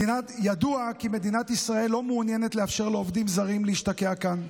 ידוע כי מדינת ישראל לא מעוניינת לאפשר לעובדים זרים להשתקע כאן.